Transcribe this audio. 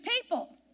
people